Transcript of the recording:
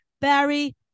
Barry